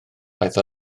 oedd